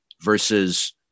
versus